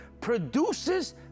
produces